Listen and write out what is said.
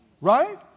Right